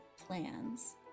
plans